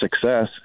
success